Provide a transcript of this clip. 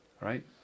right